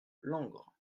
langres